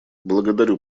благодарю